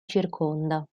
circonda